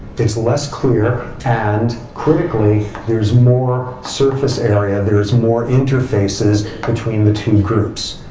it's less clear. and, critically, there is more surface area. there is more interfaces between the two groups.